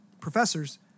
professors